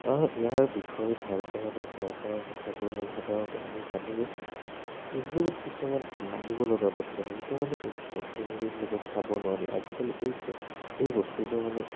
ইয়াৰ বিষয়ে ভাল পোৱা বা বেয়া পোৱা কথাবোৰ হ'ল সাধাৰণতে আমি জানো যে ফেচবুকত কিছুমান নাহিব লগা বস্তু আহে যিটো মানে ফেমিলিৰ লগত চাব নোৱাৰি আজিকালি এই এই বস্তুবোৰ মানে